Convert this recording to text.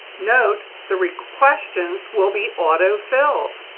note, the questions will be auto-filled.